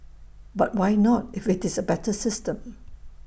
but why not if IT is A better system